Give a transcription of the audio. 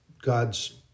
God's